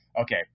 okay